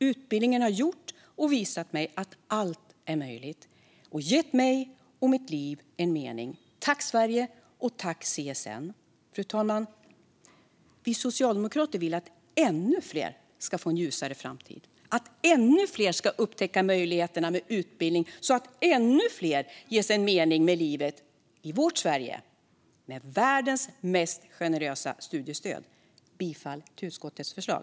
Utbildningen har gjort och visat mig att allt är möjligt och gett mig och mitt liv en mening. Tack Sverige och tack CSN! Fru talman! Vi socialdemokrater vill att ännu fler ska få en ljusare framtid. Vi vill att ännu fler ska upptäcka möjligheterna med utbildning så att ännu fler ges en mening med livet - i vårt Sverige, med världens mest generösa studiestöd. Jag yrkar bifall till utskottets förslag.